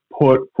put